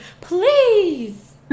Please